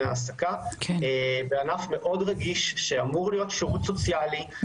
העסקה בענף מאוד רגיש שאמור להיות בו שירות סוציאלי,